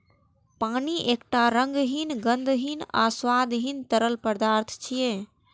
पानि एकटा रंगहीन, गंधहीन आ स्वादहीन तरल पदार्थ छियै